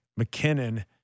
McKinnon